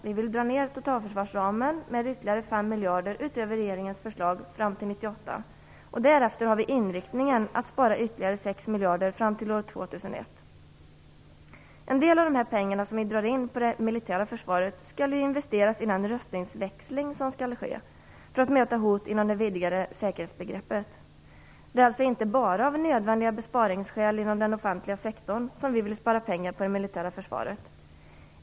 Vi vill dra ner totalförsvarsramen med ytterligare Därefter, det är vår inriktning, vill vi spara ytterligare 6 miljarder fram till år 2001. En del av de pengar som vi drar in på det militära försvaret skall investeras i den rustningsväxling som skall ske för att möta hot inom det vidgade säkerhetsbegreppet. Det är alltså inte bara av nödvändiga besparingsskäl inom den offentliga sektorn som vi vill spara pengar på det militära försvaret.